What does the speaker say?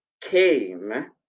came